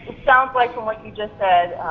sounds like from what you just said,